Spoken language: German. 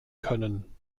können